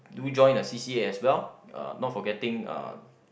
do join a C_c_A as well uh not for getting uh